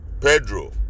Pedro